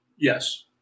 Yes